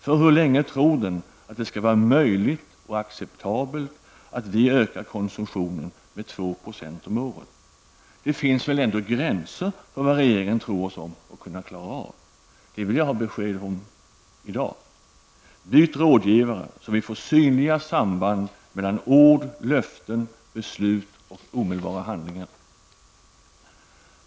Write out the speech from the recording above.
För hur länge tror regeringen att det skall vara möjligt och acceptabelt att öka konsumtionen med 2 % om året? Det finns väl ändå gränser för vad regeringen tror oss om att kunna klara av? Det vill jag ha besked om -- i dag! Byt rådgivare, så att vi får synliga samband mellan ord, löften, beslut och omedelbara handlingar!